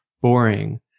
boring